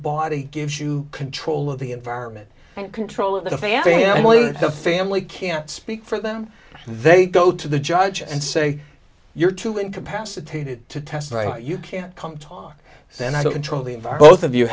body gives you control of the environment and control of the family the family can't speak for them they go to the judge and say you're too incapacitated to testify you can't come talk